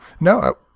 No